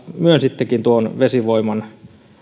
myönsittekin vesivoiman